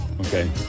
Okay